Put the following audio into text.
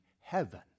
heaven